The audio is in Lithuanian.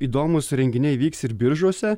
įdomūs renginiai vyks ir biržuose